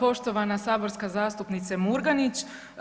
Poštovana saborska zastupnice Murganić.